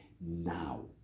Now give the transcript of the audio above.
now